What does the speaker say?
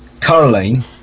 Caroline